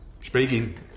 speaking